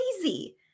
crazy